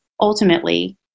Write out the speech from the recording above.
ultimately